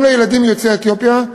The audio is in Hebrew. גם לילדים יוצאי אתיופיה,